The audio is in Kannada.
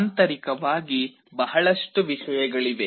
ಆಂತರಿಕವಾಗಿ ಬಹಳಷ್ಟು ವಿಷಯಗಳಿವೆ